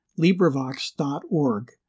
LibriVox.org